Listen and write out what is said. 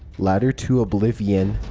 ladder to oblivion,